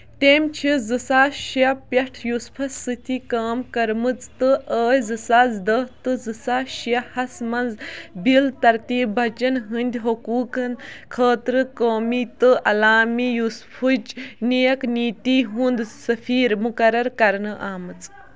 تٔمۍ چھِ زٕ ساس شےٚ پٮ۪ٹھ یوٗسفَس سۭتی کٲم کٔرمٕژ تہٕ ٲسۍ زٕ ساس دٔہ تہٕ زٕ ساس شےٚ ہَس منٛز بِل ترتیٖب بَچن ہٕنٛدۍ حقوٗقن خٲطرٕ قومی تہٕ عَلامی یوٗسفٕچ نیک نیٖتی ہُنٛد سٔفیٖر مُقَرر کرنہٕ آمٕژ